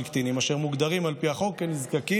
קטינים אשר מוגדרים על פי החוק "נזקקים",